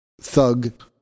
thug